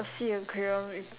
sea aquarium